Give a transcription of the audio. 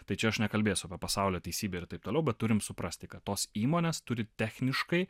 tai čia aš nekalbėsiu apie pasaulio teisybę ir taip toliau bet turim suprasti kad tos įmonės turi techniškai